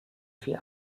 viel